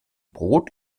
brot